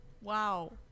Wow